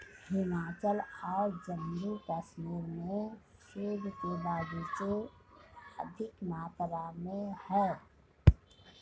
हिमाचल और जम्मू कश्मीर में सेब के बगीचे अधिक मात्रा में है